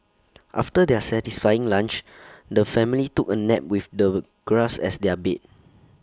after their satisfying lunch the family took A nap with the grass as their bed